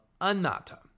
anatta